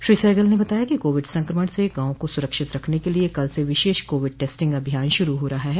श्री सहगल ने बताया कि कोविड संक्रमण से गांवों को सुरक्षित रखने के लिये कल से विशेष कोविड टेस्टिग अभियान शुरू हो रहा है